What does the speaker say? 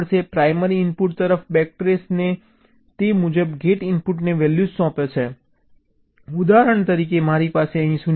primary input તરફ back trace અને તે મુજબ ગેટ ઇનપુટને વેલ્યૂઝ સોંપે છે ઉદાહરણ તરીકે મારી પાસે અહીં 0 છે